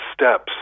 steps